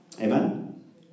Amen